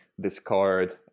discard